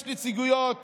יש נציגויות